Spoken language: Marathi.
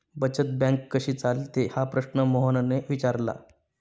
बचत बँक कशी चालते हा प्रश्न मोहनने विचारला?